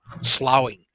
slowing